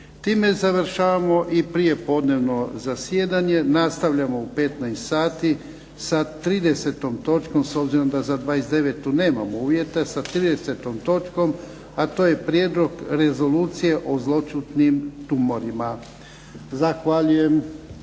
Time završavamo i prijepodnevno zasjedanje, nastavljamo u 15 sati sa 30. točkom, s obzirom da za 29. nemamo uvjete, sa 30. točkom, a to je Prijedlog rezolucije o zloćudnim tumorima. Zahvaljujem.